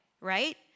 right